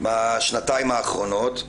בשנתיים האחרונות.